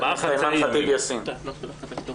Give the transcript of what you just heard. תודה.